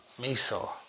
miso